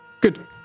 good